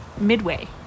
Midway